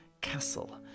castle